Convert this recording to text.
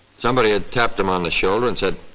somebody had tapped em on the shoulder and said,